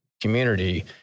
community